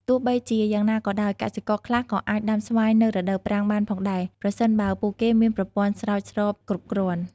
ទោះបីជាយ៉ាងណាក៏ដោយ កសិករខ្លះក៏អាចដាំស្វាយនៅរដូវប្រាំងបានផងដែរ ប្រសិនបើពួកគេមានប្រព័ន្ធស្រោចស្រពគ្រប់គ្រាន់។